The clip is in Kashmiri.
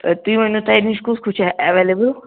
تہٕ تُہۍ ؤنِو تۄہہِ نِش کُس کُس چھُ ایٚویلیبُل